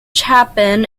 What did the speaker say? chapin